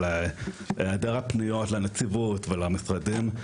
על היעדר הפניות לנציבות ולמשרדים.